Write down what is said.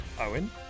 Owen